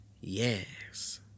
Yes